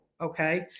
okay